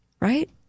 Right